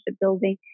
building